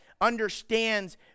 understands